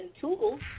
tools